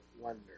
wonder